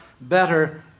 better